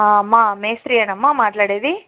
అమ్మ మేస్త్రియేనా అమ్మా మాట్లాడేది